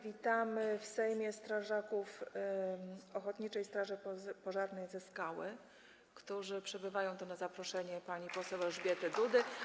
Witamy w Sejmie strażaków Ochotniczej Straży Pożarnej w Skale, którzy przybyli tu na zaproszenie pani poseł Elżbiety Dudy.